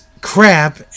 crap